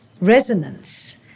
resonance